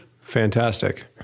Fantastic